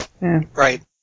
Right